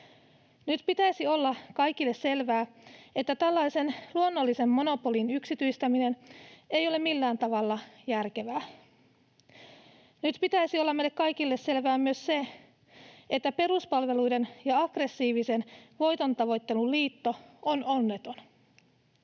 Nyt pitäisi olla kaikille selvää, että tällaisen luonnollisen monopolin yksityistäminen ei ole millään tavalla järkevää. Nyt pitäisi olla meille kaikille selvää myös se, että peruspalveluiden ja aggressiivisen voitontavoittelun liitto on onneton.